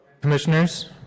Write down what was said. Commissioners